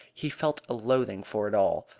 he felt a loathing for it all.